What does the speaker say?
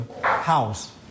house